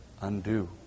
undo